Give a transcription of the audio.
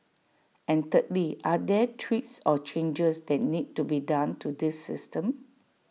and thirdly are there tweaks or changes that need to be done to this system